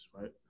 right